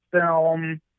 film